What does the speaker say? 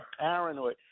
paranoid